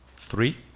three